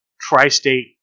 Tri-State